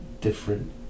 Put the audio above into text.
different